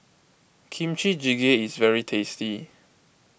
Kimchi Jjigae is very tasty